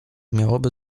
miałoby